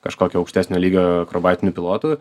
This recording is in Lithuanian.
kažkokio aukštesnio lygio akrobatiniu pilotu